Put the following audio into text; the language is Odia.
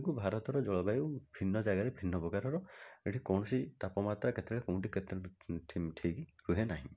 ଭାରତର ଜଳବାୟୁ ଭିନ୍ନ ଜାଗାରେ ଭିନ୍ନ ପ୍ରକାରର ଏଇଠି କୌଣସି ତାପମାତ୍ରା କେତେବେଳେ କେଉଁଠି କେତେବେଳେ ଠିକ ରୁହେ ନାହିଁ